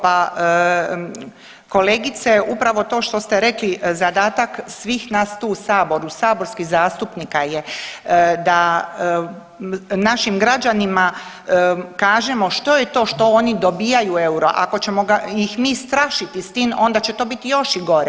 Pa kolegice upravo to što ste rekli zadatak svih nas tu u saboru saborskih zastupnika je da našim građanima kažemo što je to što oni dobijaju eurom, ako ćemo ih mi strašiti s tim onda će to biti još i gore.